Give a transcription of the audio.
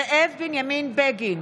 זאב בנימין בגין,